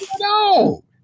no